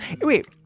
wait